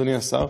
אדוני השר,